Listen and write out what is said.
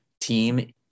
team